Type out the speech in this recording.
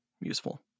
useful